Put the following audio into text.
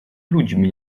ludźmi